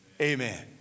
Amen